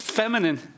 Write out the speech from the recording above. feminine